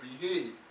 behave